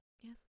yes